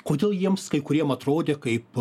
kodėl jiems kai kuriem atrodė kaip